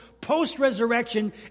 post-resurrection